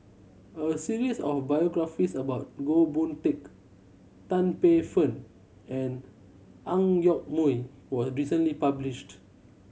a series of biographies about Goh Boon Teck Tan Paey Fern and Ang Yoke Mooi was recently published